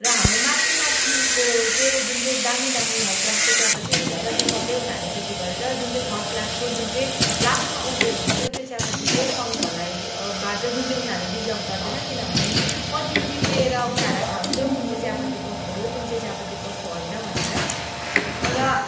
र हाम्रो माथि माथिको चाहिँ जुन चाहिँ दामी दामी हाई क्लासको चियापत्तीहरू हुन्छ त्यो सबै उनीहरूले बिक्री गरेर जुन चाहिँ थर्ड क्लासको जुन चाहिँ लास्टमा उब्रिएको हुन्छ त्यो चियापत्ती चाहिँ श्रमिकहरूलाई बाँढ्छ जुन चाहिँ उनीहरूले डिजर्भ गर्दैन किनभने पत्ती टिपेर उनीहरूलाई थाहा हुन्छ कुन चाहिँ चियापत्ती कस्तो हो कुन चाहिँ चियापत्ती कस्तो होइन भनेर र